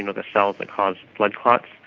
and the cells that cause blood clots.